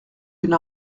une